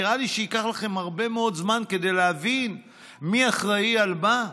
נראה לי שייקח לכם הרבה מאוד זמן כדי להבין מי אחראי על מה.